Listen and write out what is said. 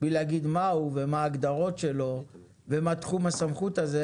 בלי להגיד מהו ומה ההגדרות שלו ומה תחום הסמכות הזה,